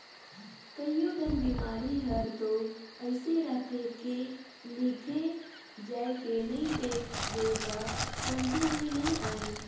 कयोठन बिमारी हर तो अइसे रहथे के लिघे जायके नई देख बे त समझे मे नई आये